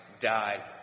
Died